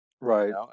Right